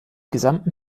gesamten